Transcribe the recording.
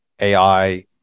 AI